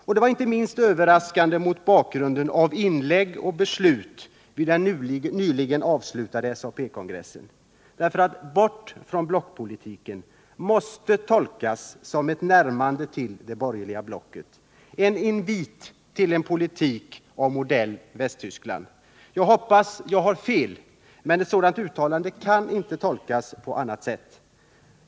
Och det var inte minst överraskande mot bakgrunden av inlägg och beslut vid den nyligen avslutade SAP-kongressen. ”Bort från blockpolitiken” måste tolkas som ett närmande till det borgerliga blocket, som en invit till en politik av modell Västtyskland. Jag hoppas att jag har fel, men ett sådant uttalande kan inte tolkas på annat sätt.